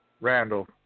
Randall